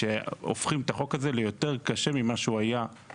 הופכים את החוק הזה ליותר קשה ממה שהוא היה.